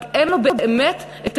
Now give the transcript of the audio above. רק אין לו באמת יכולת.